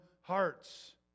hearts